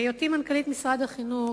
בהיותי מנכ"לית משרד החינוך,